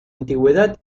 antigüedad